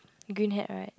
green hat right